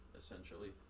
essentially